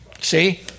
See